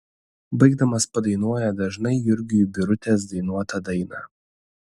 baigdamas padainuoja dažnai jurgiui birutės dainuotą dainą